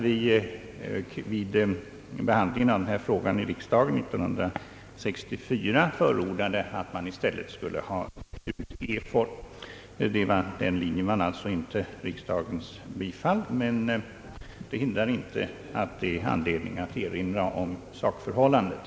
Vid behandlingen av denna fråga under 1964 års riksdag förordade vi att EFOR i stället skulle byggas ut. Denna linje vann alltså inte riksdagens bifall, men det hindrar inte att det finns anledning att erinra om sakförhållandet.